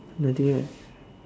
nothing right